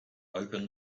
open